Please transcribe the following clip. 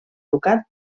ducat